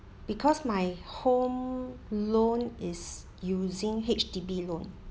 because my home loan is using H_D_B loan